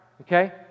okay